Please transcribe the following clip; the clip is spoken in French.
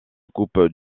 coupe